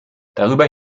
darüber